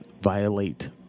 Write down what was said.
violate